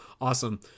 awesome